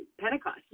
Pentecost